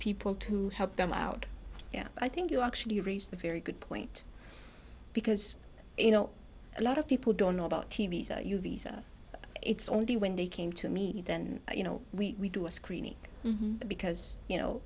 people to help them out yeah i think you actually raised a very good point because you know a lot of people don't know about you visa it's only when they came to me then you know we do a screening because you know